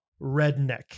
Redneck